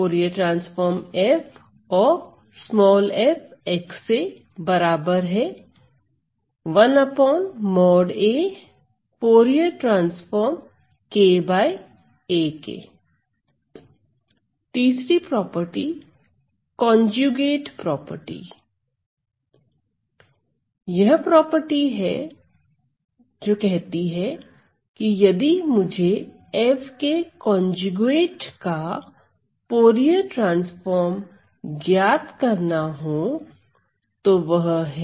3कन्ज्यूगेट property दूसरी property यह है कि यदि मुझे f के कन्ज्यूगेट का फूरिये ट्रांसफॉर्म ज्ञात करना हो तो वह है